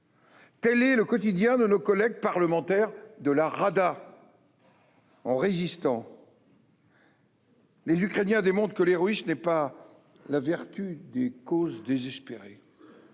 Tel est le quotidien de nos collègues parlementaires de la Rada. En résistant, les Ukrainiens démontrent que l'héroïsme n'est pas la vertu des causes désespérées.